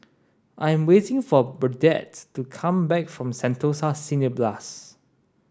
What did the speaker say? I am waiting for Burdette to come back from Sentosa Cineblast